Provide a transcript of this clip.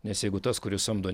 nes jeigu tas kuris samdo